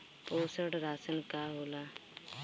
पोषण राशन का होला?